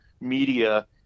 media